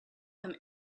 him